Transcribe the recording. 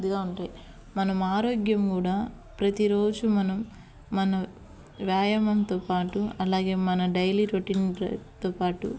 ఇదిగా ఉంటాయి మనం ఆరోగ్యం కూడా ప్రతిరోజు మనం మన వ్యాయామంతో పాటు అలాగే మన డైలీ రొటీన్ బ్రేక్తో పాటు